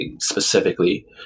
specifically